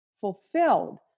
fulfilled